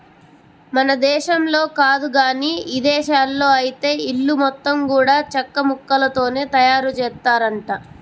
మన దేశంలో కాదు గానీ ఇదేశాల్లో ఐతే ఇల్లు మొత్తం గూడా చెక్కముక్కలతోనే తయారుజేత్తారంట